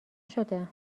شده